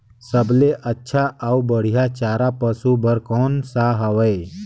सबले अच्छा अउ बढ़िया चारा पशु बर कोन सा हवय?